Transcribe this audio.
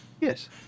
yes